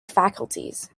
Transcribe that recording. faculties